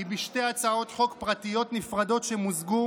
היא בשתי הצעות חוק פרטיות נפרדות שמוזגו